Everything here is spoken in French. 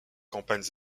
campagnes